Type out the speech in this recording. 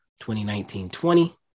2019-20